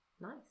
nice